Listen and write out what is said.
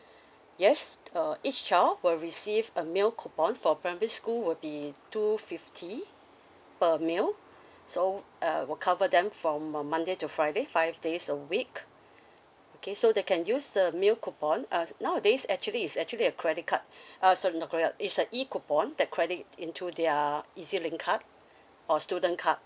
yes uh each child will receive a meal coupon for primary school would be two fifty per meal so err will cover them from um monday to friday five days a week okay so they can use the meal coupon uh nowadays actually is actually a credit card uh sorry not credit card it's a E coupon that credit into their E Z link card or student card